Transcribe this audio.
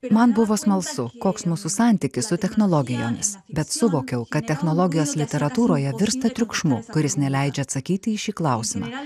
man buvo smalsu koks mūsų santykis su technologijomis bet suvokiau kad technologijos literatūroje virsta triukšmu kuris neleidžia atsakyti į šį klausimą